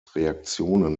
reaktionen